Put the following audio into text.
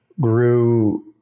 grew